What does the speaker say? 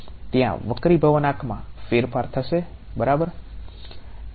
ત્યાં વક્રીભાવનાંકમાં ફેરફાર થશે બરાબર